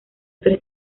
tres